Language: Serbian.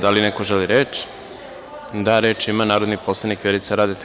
Da li neko želi reč? (Da.) Reč ima narodni poslanik Vjerica Radeta.